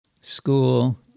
school